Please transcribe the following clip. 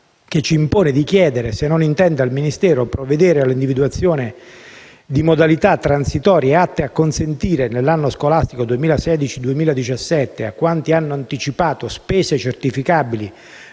che ci impone di chiedere se non intenda il Ministero provvedere all'individuazione di modalità transitorie atte a consentire nell'anno scolastico 2016-2017, a quanti hanno anticipato spese certificabili